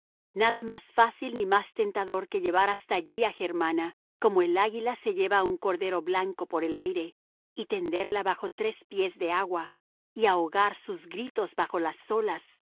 nada más fácil ni más tentador que llevar hasta allí a germana como el águila se lleva a un cordero blanco por el aire y tenderla bajo tres pies de agua ahogar sus gritos bajo las olas